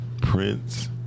Prince